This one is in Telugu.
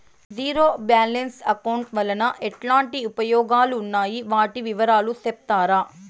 జీరో బ్యాలెన్స్ అకౌంట్ వలన ఎట్లాంటి ఉపయోగాలు ఉన్నాయి? వాటి వివరాలు సెప్తారా?